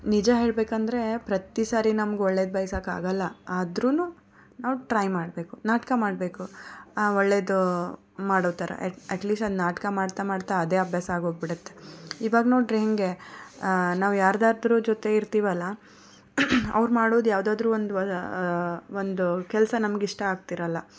ನಿಜ ಹೇಳಬೇಕಂದ್ರೆ ಪ್ರತಿ ಸಾರಿ ನಮ್ಗೆ ಒಳ್ಳೇದು ಬಯಸೋಕೆ ಆಗೋಲ್ಲ ಆದರೂ ನಾವು ಟ್ರೈ ಮಾಡಬೇಕು ನಾಟಕ ಮಾಡಬೇಕು ಆ ಒಳ್ಳೆಯದು ಮಾಡೋ ಥರ ಎಟ್ ಅಟ್ ಲೀಸ್ಟ್ ಒಂದು ನಾಟಕ ಮಾಡ್ತಾ ಮಾಡ್ತಾ ಅದೇ ಅಭ್ಯಾಸ ಆಗೋಗಿ ಬಿಡುತ್ತೆ ಈವಾಗ ನೋಡ್ದ್ರೆ ಹೇಗೆ ನಾವು ಯಾರದ್ದಾದ್ರೂ ಜೊತೆ ಇರ್ತೀವಲ್ಲ ಅವ್ರು ಮಾಡೋದು ಯಾವುದಾದ್ರೂ ಒಂದು ಒಂದು ಕೆಲಸ ನಮ್ಗೆ ಇಷ್ಟ ಆಗ್ತಿರೋಲ್ಲ